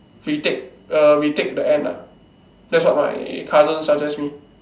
retake uh retake the end ah that's what my cousin suggest me